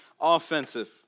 offensive